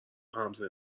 خمسه